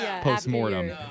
post-mortem